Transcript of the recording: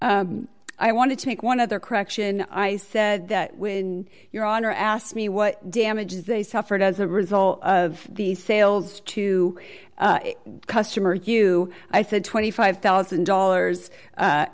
record i want to make one other correction i said that when your honor asked me what damages they suffered as a result of these sales to customer you i said twenty five thousand dollars